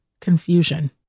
confusion